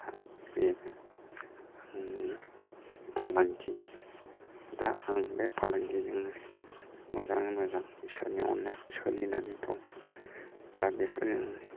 दा बेनो आंनि फालांगि दा आं बे फालांगिजोंनो मोजां मोजां इसोरनि अननायावनो सोलिनानै दं दा बेफोरनो